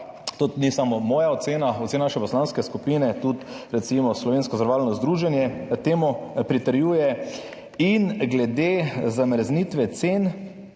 to ni samo moja ocena, ocena naše poslanske skupine, tudi recimo Slovensko zavarovalno združenje temu pritrjuje. In glede zamrznitve cen